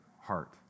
heart